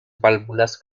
válvulas